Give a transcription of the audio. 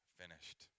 finished